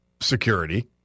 security